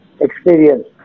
experience